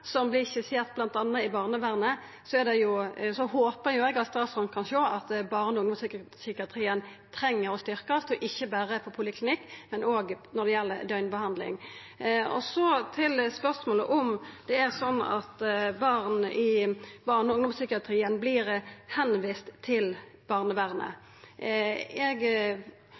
som vert skisserte bl.a. i barnevernet, håper eg at statsråden kan sjå at barne- og ungdomspsykiatrien treng å verta styrkt – og ikkje berre på poliklinikk, men òg når det gjeld døgnbehandling. Så til spørsmålet om det er slik at barn i barne- og ungdomspsykiatrien vert viste til barnevernet: Eg